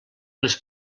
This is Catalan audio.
les